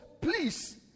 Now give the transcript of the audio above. please